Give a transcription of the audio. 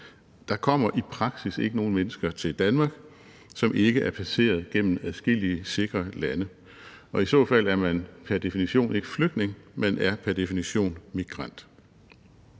Der kommer i praksis ikke nogen mennesker til Danmark, som ikke er passeret igennem adskillige sikre lande, og i så fald er man pr. definition ikke flygtning, men er pr. definition migrant.